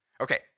Okay